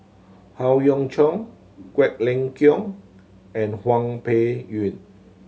Howe Yoon Chong Quek Ling Kiong and Hwang Peng Yuan